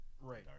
Right